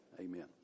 amen